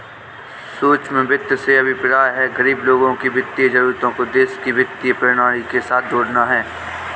सूक्ष्म वित्त से अभिप्राय है, गरीब लोगों की वित्तीय जरूरतों को देश की वित्तीय प्रणाली के साथ जोड़ना